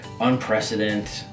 unprecedented